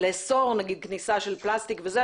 לאסור נגיד כניסה של פלסטיק וזה,